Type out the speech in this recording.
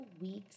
weeks